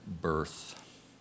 birth